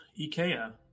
IKEA